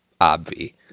Obvi